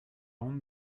honte